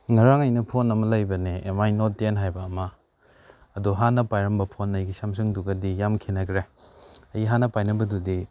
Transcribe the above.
ꯉꯔꯥꯡ ꯑꯩꯅ ꯐꯣꯟ ꯑꯃ ꯂꯩꯕꯅꯦ ꯑꯦ ꯝꯥꯏ ꯅꯣꯠ ꯇꯦꯟ ꯍꯥꯏꯕ ꯑꯃ ꯑꯗꯨ ꯍꯥꯟꯅ ꯄꯥꯏꯔꯝꯕ ꯐꯣꯟ ꯑꯩꯒꯤ ꯁꯝꯁꯡꯗꯨꯒꯗꯤ ꯌꯥꯝꯅ ꯈꯦꯠꯅꯈ꯭ꯔꯦ ꯑꯩ ꯍꯥꯟꯅ ꯄꯥꯏꯅꯕꯗꯨꯗꯤ